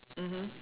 mmhmm